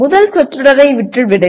முதல் சொற்றொடரை விட்டு விடுங்கள்